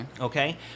Okay